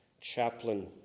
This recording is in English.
chaplain